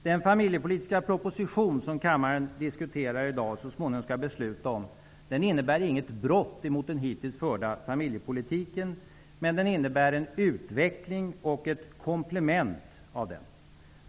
Den familjepolitiska proposition som kammaren diskuterar i dag och så småningom skall besluta om innebär inget brott mot den hittills förda familjepolitiken utan en utveckling av och ett komplement till den.